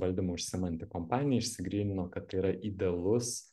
valdymu užsiimanti kompanija išsigrynino kad tai yra idealus